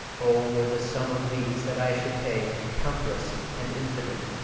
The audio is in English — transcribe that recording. o, were the sum of these that i should pay countless and infinite,